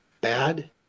bad